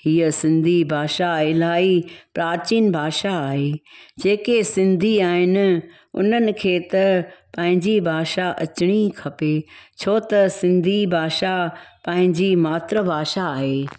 हीअं सिंधी भाषा इलाही प्राचीन भाषा आहे जेके सिंधी आहिनि उन्हनि खे त पंहिंजी भाषा अचिणी खपे छोत सिंधी भाषा पंहिंजी मातृभाषा आहे